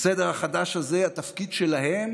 בסדר החדש הזה התפקיד שלהם